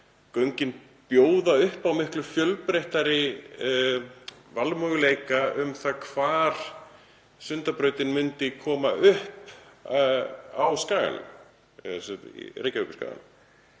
göngin bjóða upp á miklu fjölbreyttari valmöguleika um það hvar Sundabrautin myndi koma upp á skaganum, Reykjavíkurskaganum,